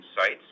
sites